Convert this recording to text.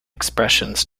expressions